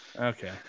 okay